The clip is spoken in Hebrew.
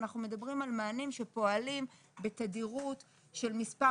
אנחנו מדברים על מענים שפועלים בתדירות של מספר